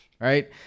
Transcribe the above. right